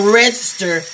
register